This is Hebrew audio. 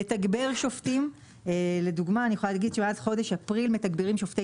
לתגבר שופטים מאז חודש אפריל מתגברים שופטי